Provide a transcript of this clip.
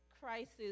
Crisis